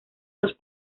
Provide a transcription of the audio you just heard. los